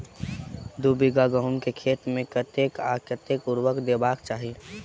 दु बीघा गहूम केँ खेत मे कतेक आ केँ उर्वरक देबाक चाहि?